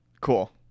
Cool